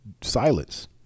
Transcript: silence